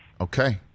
Okay